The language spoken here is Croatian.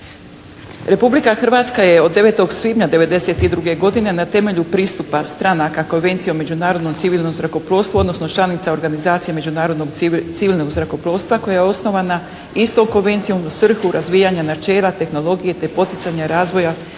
Republika Hrvatska je od 9. svibnja 92. godine na temelju pristupa stranaka Konvenciji o međunarodnom civilnom zrakoplovstvu, odnosno članica organizacije međunarodnog civilnog zrakoplovstva koja je osnovana istom konvencijom u svrhu razvijanja načela tehnologije te poticanja razvoja